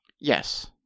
Yes